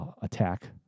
attack